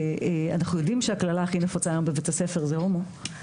אנחנו יודעים שהקללה הכי נפוצה היום בבתי הספר זה הומו,